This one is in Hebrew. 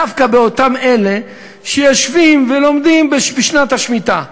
דווקא באותם אלה שיושבים ולומדים בשנת השמיטה.